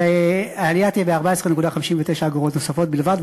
העלייה תהיה ב-14.59 אגורות נוספות בלבד,